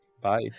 Bye